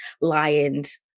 Lions